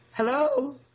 Hello